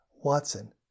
Watson